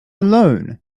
alone